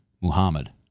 Muhammad